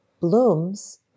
blooms